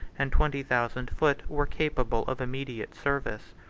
and twenty thousand foot, were capable of immediate service.